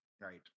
right